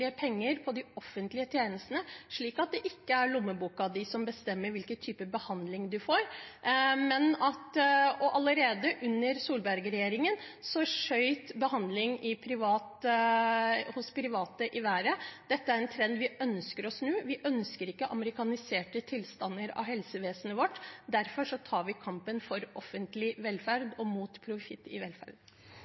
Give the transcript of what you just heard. penger på de offentlige tjenestene, slik at det ikke er lommeboka di som bestemmer hvilken type behandling du får. Allerede under Solberg-regjeringen skjøt behandling hos private i været. Det er en trend vi ønsker å snu. Vi ønsker ikke amerikaniserte tilstander i helsevesenet vårt. Derfor tar vi kampen for offentlig velferd og mot profitt i